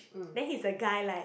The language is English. then he's a guy like